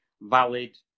valid